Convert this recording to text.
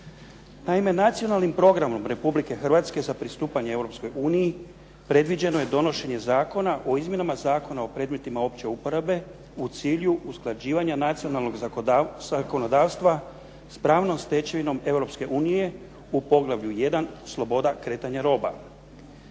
Naime, Nacionalnom programom Republike Hrvatske za pristupanje Europskoj uniji predviđeno je donošenje Zakona o izmjenama Zakona o predmetima opće uporabe u cilju usklađivanja nacionalnog zakonodavstva s pravnom stečevinom Europske unije u poglavlju 1. – Sloboda kretanja roba.